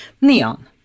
Neon